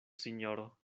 sinjoro